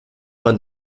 man